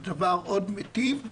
דבר מיטיב,